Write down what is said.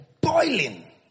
boiling